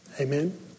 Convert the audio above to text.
Amen